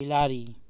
बिलाड़ि